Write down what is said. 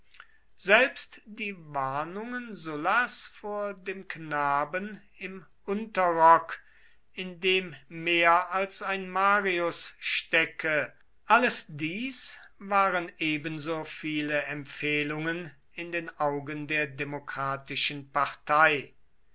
selbst die warnungen sullas vor dem knaben im unterrock in dem mehr als ein marius stecke alles dies waren ebenso viele empfehlungen in den augen der demokratischen partei